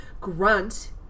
grunt